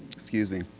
excuse me,